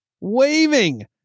waving